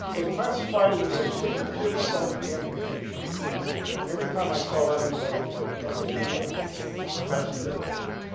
they classified it as a fingertip self amputation and every time i saw that on the medical record i had the laugh but that's what they called it.